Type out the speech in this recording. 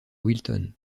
wilton